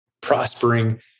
prospering